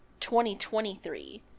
2023